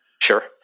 Sure